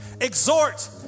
Exhort